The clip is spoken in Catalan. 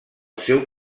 seu